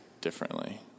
differently